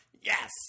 Yes